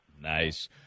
Nice